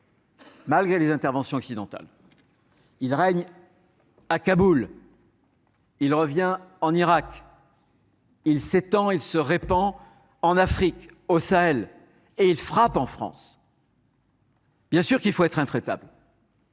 malgré les interventions occidentales. Il règne à Kaboul ; il revient en Irak ; il s’étend et se répand en Afrique, au Sahel, et il frappe en France. Bien sûr qu’il faut être intraitable